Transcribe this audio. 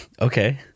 Okay